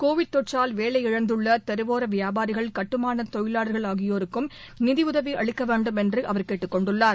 Covid தொற்றால் வேலை இழந்துள்ள தெருவோர வியாபாரிகள் கட்டுமான தொழிலாளர்கள் ஆகியோருக்கும் நிதியுதவி அளிக்க வேண்டும் என்று அவர் கேட்டுக்கொண்டுள்ளார்